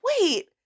wait